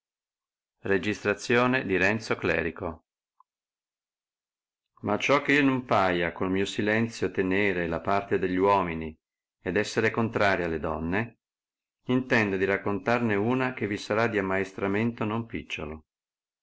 si pensano ma acciò che io non paia col mio silenzio tenere la parte degli uomini ed esser contraria alle donne intendo di raccontarne una che vi sarà di ammaestramento non picciolo